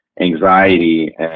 anxiety